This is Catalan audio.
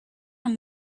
amb